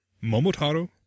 Momotaro